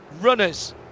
runners